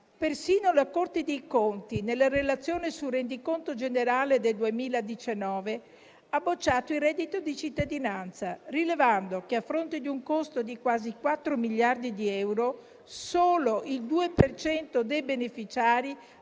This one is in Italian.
Persino la Corte dei conti, nella relazione sul rendiconto generale del 2019, ha bocciato il reddito di cittadinanza, rilevando che a fronte di un costo di quasi quattro miliardi di euro, solo il 2 per cento dei beneficiari